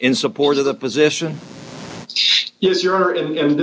in support of the position is your honor and